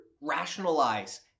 rationalize